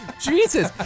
Jesus